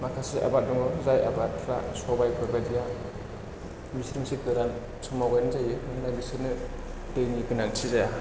माखासे आबाद दङ जाय आबादफ्रा सबायफोर बायदिया मिसि मिसि गोरान समाव गायनाय जायो मानोना बिसोरनो दैनि गोनांथि जाया